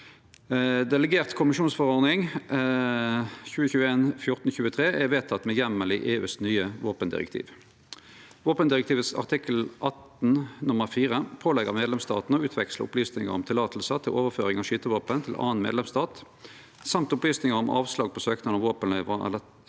Delegert kommisjonsforordning 2021/1423 er vedteken med heimel i EUs nye våpendirektiv. Våpendirektivet artikkel 18 nr. 4 pålegg medlemsstatane å utveksle opplysningar om løyve til overføring av skytevåpen til annan medlemsstat samt opplysningar om avslag på søknad om våpenløyve etter